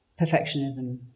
perfectionism